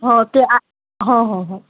हो ते हो हो हो